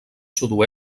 sud